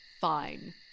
Fine